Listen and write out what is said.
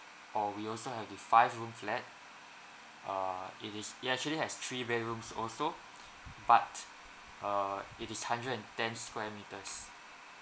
or we also have the five room flat err it is it actually has three bedrooms also but err it is hundred and ten square metres